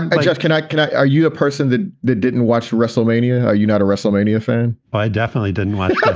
i just cannot. can i? are you a person that that didn't watch wrestlemania? you're not a wrestlemania fan i definitely didn't watch.